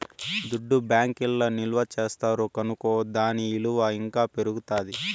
దుడ్డు బ్యాంకీల్ల నిల్వ చేస్తారు కనుకో దాని ఇలువ ఇంకా పెరుగుతాది